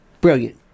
brilliant